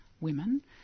women